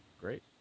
Great